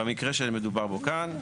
במקרה שמדובר בו כאן.